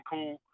Cool